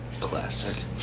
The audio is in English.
Classic